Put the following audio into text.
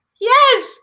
Yes